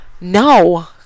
No